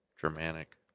Germanic